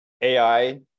AI